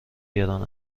گران